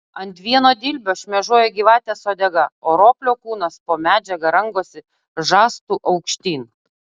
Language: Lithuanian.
ant vieno dilbio šmėžuoja gyvatės uodega o roplio kūnas po medžiaga rangosi žastu aukštyn